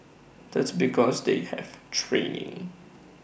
that's because they have training